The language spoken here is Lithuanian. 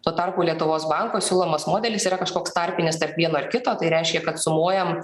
tuo tarpu lietuvos banko siūlomas modelis yra kažkoks tarpinis tarp vieno ir kito tai reiškia kad sumuojam